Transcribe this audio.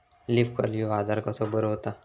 Leaf curl ह्यो आजार कसो बरो व्हता?